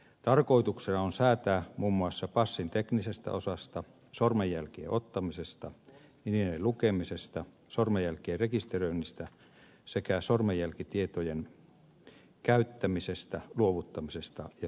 tarkoituksena on säätää muun muassa passin teknisestä osasta sormenjälkien ottamisesta ja niiden lukemisesta sormenjälkien rekisteröinnistä sekä sormenjälkitietojen käyttämisestä luovuttamisesta ja suojaamisesta